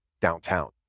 downtown